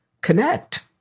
connect